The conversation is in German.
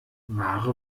ware